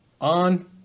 on